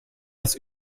das